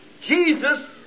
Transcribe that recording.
Jesus